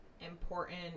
important